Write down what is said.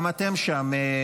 גם אתם שם.